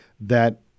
that-